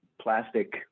plastic